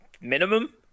minimum